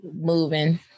moving